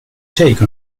take